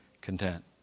content